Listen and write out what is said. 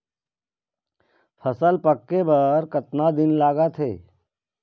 फसल पक्के बर कतना दिन लागत हे?